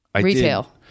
Retail